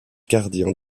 gardien